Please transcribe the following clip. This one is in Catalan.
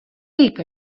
dic